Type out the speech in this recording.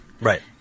Right